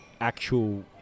actual